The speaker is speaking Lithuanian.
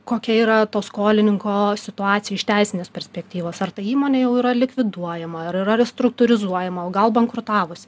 kokia yra to skolininko situacija iš teisinės perspektyvos ar ta įmonė jau yra likviduojama ar yra restruktūrizuojama o gal bankrutavusi